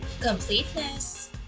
completeness